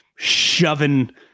shoving